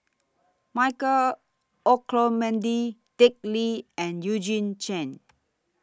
Michael Olcomendy Dick Lee and Eugene Chen